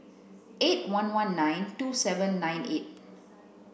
eight one one nine two seven nine eight